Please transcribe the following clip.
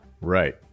Right